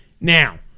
now